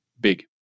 big